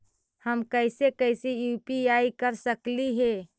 हम कैसे कैसे यु.पी.आई कर सकली हे?